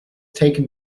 taken